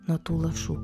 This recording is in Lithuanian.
nuo tų lašų